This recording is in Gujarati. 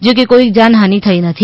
જો કે કોઈ જાનહાની થઈ નથી